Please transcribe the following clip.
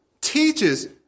teaches